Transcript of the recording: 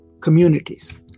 communities